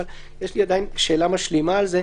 יש לי עדיין שאלה משלימה על זה.